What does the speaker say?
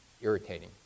irritating